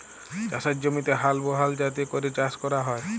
চাষের জমিতে হাল বহাল যাতে ক্যরে চাষ ক্যরা হ্যয়